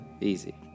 Easy